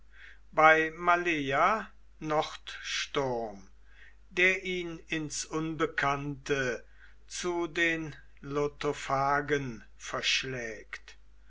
bei maleia nordsturm der ihn ins unbekannte zu den lotophagen verschlägt